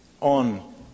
on